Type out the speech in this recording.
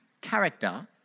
character